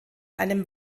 einem